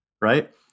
Right